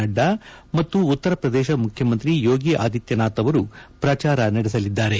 ನಡ್ಡಾ ಮತ್ತು ಉತ್ತರ ಪ್ರದೇಶ ಮುಖ್ಯಮಂತ್ರಿ ಯೋಗಿ ಆದಿತ್ಯನಾಥ್ ಅವರು ಪ್ರಚಾರ ನಡೆಸಲಿದ್ದಾರೆ